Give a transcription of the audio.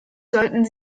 sollten